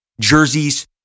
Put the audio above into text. jerseys